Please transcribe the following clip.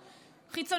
חיצונית בתנ"ך.